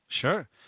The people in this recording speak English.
Sure